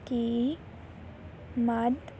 ਕੀ ਮੱਧ